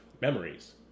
memories